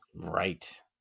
right